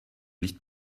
nicht